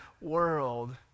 world